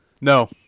no